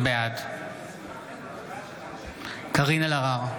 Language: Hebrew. בעד קארין אלהרר,